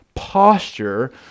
posture